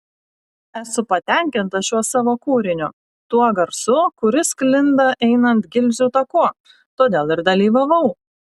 esu patenkinta šiuo savo kūriniu tuo garsu kuris sklinda einant gilzių taku todėl ir dalyvavau